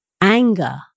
Anger